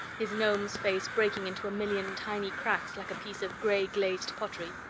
his gnome's face breaking into a million tiny cracks like a piece of gray-glazed pottery.